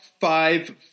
five